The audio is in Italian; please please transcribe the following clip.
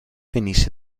venisse